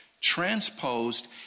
transposed